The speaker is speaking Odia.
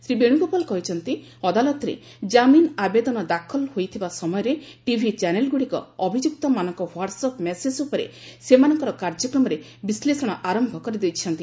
ଶ୍ରୀ ବେଣୁଗୋପାଳ କହିଛନ୍ତି ଅଦାଲତରେ ଜାମିନ ଆବେଦନ ଦାଖଲ ହୋଇଥିବା ସମୟରେ ଟିଭି ଚ୍ୟାନେଲଗୁଡ଼ିକ ଅଭିଯୁକ୍ତମାନଙ୍କ ହ୍ପାଟ୍ସଆପ୍ ମେସେଜ୍ ଉପରେ ସେମାନଙ୍କର କାର୍ଯ୍ୟକ୍ରମରେ ବିଶ୍ଲେଷଣ ଆରମ୍ଭ କରିଦେଇଛନ୍ତି